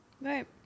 Right